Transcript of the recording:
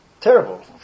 terrible